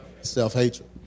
Self-hatred